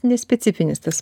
nespecifinis tas